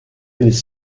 elles